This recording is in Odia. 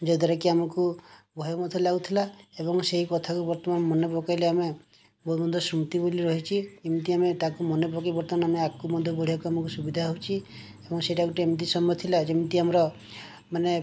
ଯୋଉଦ୍ୱାରା କି ଆମକୁ ଭୟ ମଧ୍ୟ ଲାଗୁଥିଲା ଏବଂ ସେଇ କଥାକୁ ବର୍ତ୍ତମାନ ମନେ ପକାଇଲେ ଆମେ ମୋର ମଧ୍ୟ ସ୍ମୃତି ବୋଲି ରହିଛି ଏମିତି ଆମେ ତା'କୁ ମନେ ପକେଇ ବର୍ତ୍ତମାନ ଆଗକୁ ମଧ୍ୟ ବଢ଼ିବାକୁ ଆମକୁ ସୁବିଧା ହେଉଛି ଏବଂ ସେଇଟା ଗୋଟେ ଏମିତି ସମୟ ଥିଲା ଯେମିତି ଆମର ମାନେ